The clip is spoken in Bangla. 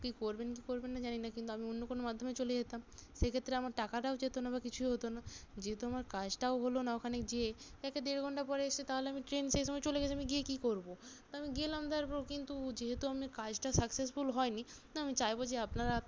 কি করবেন করবেন না জানি না কিন্তু আমি অন্য কোনো মাধ্যমে চলে যেতাম সেক্ষেত্রে আমার টাকাটাও যেতো না বা কিছুও হতো না যেহেতু আমার কাজটাও হলো না ওখানে যেয়ে একে দেড় ঘন্টা পরে এসে তাহলে আমি ট্রেন সে সময় চলে গেছে আমি গিয়ে কী করবো তো আমি গেলাম তারপর কিন্তু যেহেতু আমি কাজটা সাকসেসফুল হয় নি আমি চাইবো যে আপনারা